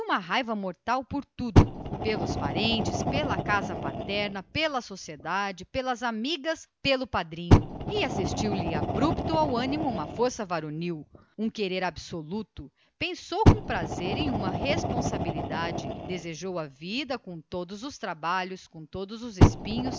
raiva mortal por tudo e por todos pelos parentes pela casa paterna pela sociedade pelas amigas pelo padrinho e assistiu lhe abrupto uma força varonil um ânimo estranho um querer déspota pensou com prazer numa responsabilidade desejou a vida com todos os seus trabalhos com todos os seus espinhos